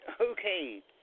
Okay